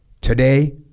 today